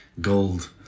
gold